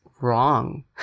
wrong